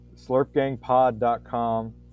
slurpgangpod.com